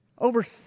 Over